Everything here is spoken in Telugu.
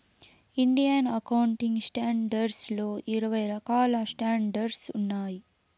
ఇండియన్ అకౌంటింగ్ స్టాండర్డ్స్ లో ఇరవై రకాల స్టాండర్డ్స్ ఉన్నాయి